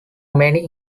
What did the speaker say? many